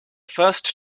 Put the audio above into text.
first